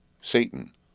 Satan